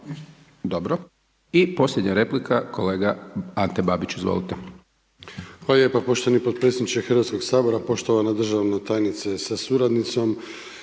Dobro. I posljednja replika kolega Ante Babić. **Babić, Ante (HDZ)** Hvala lijepa poštovani potpredsjedniče Hrvatskoga sabora, poštovana državna tajnice sa suradnicom.